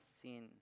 sin